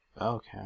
Okay